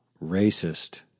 racist